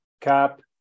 cap